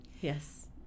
Yes